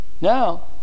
Now